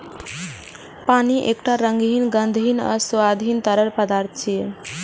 पानि एकटा रंगहीन, गंधहीन आ स्वादहीन तरल पदार्थ छियै